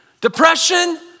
depression